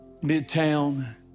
Midtown